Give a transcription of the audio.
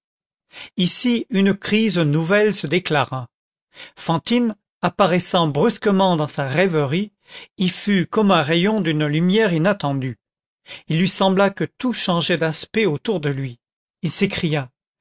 ici une crise nouvelle se déclara fantine apparaissant brusquement dans sa rêverie y fut comme un rayon d'une lumière inattendue il lui sembla que tout changeait d'aspect autour de lui il s'écria